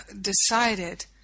decided